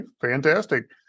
fantastic